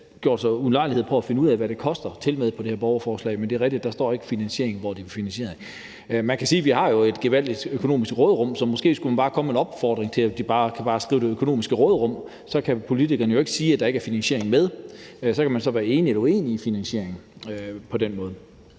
gjort sig den ulejlighed at prøve at finde ud af, hvad det koster. Men det er rigtigt, at der ikke står noget om finansiering, altså hvordan det er finansieret. Man kan sige, at vi jo har et gevaldigt økonomisk råderum. Så måske skulle vi bare komme en opfordring til, at man som finansiering bare kunne skrive det økonomiske råderum. Så kan politikerne jo ikke sige, at der ikke er finansiering med. Så kan man så være enig eller uenig i finansieringen i